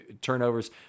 turnovers